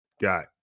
got